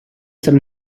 some